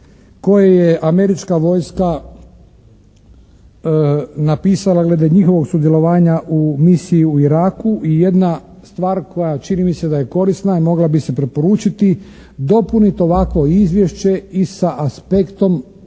koje je Američka vojska napisala glede njihovog sudjelovanja u Misiji u Iraku i jedna stvar koja čini mi se da je korisna i mogla bi se preporučiti, dopuniti ovakvo izvješće i sa aspektom